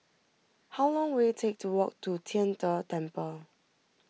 how long will it take to walk to Tian De Temple